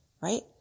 right